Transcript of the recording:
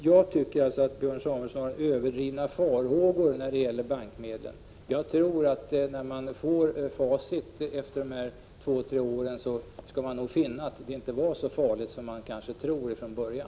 Jag tycker att Björn Samuelson har överdrivna farhågor när det gäller bankmedlen. När facit föreligger efter de två tre åren kommer man säkert att finna att det inte var så farligt som man kanske trodde från början.